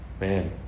man